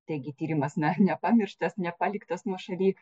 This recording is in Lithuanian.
taigi tyrimas na nepamirštas nepaliktas nuošaly